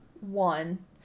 One